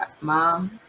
Mom